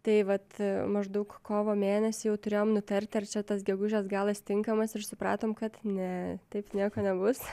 tai vat maždaug kovo mėnesį jau turėjom nutarti ar čia tas gegužės galas tinkamas ir supratom kad ne taip nieko nebus